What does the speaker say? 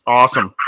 awesome